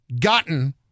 gotten